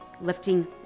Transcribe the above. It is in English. lifting